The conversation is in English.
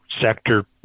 sector